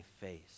face